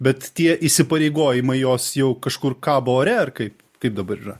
bet tie įsipareigojimai jos jau kažkur kabo ore ar kaip kaip dabar yra